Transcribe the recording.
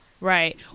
Right